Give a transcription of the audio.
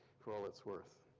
for all its worth.